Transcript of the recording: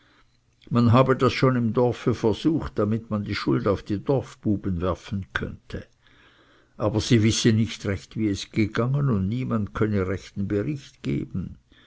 man habe das schon im dorfe versucht damit man die schuld auf die dorfbuben werfen konnte aber sie wisse nicht recht wie es gegangen und niemand könnte rechten bricht geben